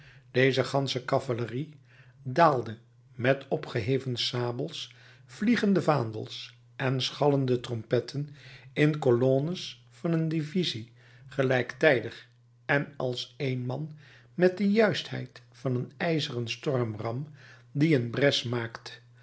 deze gansche cavalerie daalde met opgeheven sabels vliegende vaandels en schallende trompetten in colonnes van een divisie gelijktijdig en als één man met de juistheid van een ijzeren stormram die een bres maakt